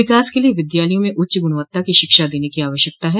विकास के लिये विद्यालयों में उच्च गुणवत्ता की शिक्षा देने की आवश्यकता है